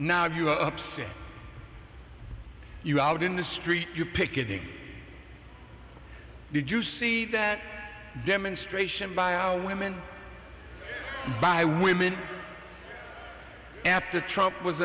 now you upset you out in the street you're picketing did you see that demonstration by our women by women after trump was